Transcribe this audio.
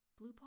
Bluepaw